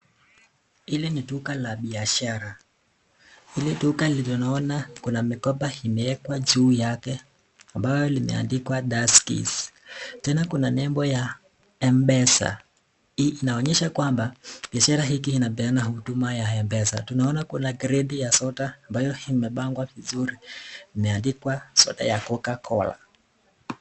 Hili ni duka la biashara, hili duka ile naona Kuna mikoba imeekwa juu yake ambayo imeandikwa Tuskeys, tena Kuna nembo ya Mpesa hii inaonyesha kwamba biashara hiki inapeana Huduma ya Mpesa, tunaona Kuna kreti ya soda ambayo imepangwa vizuri imeandikwa soda ya cocacola.